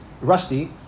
rusty